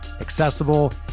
accessible